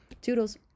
Toodles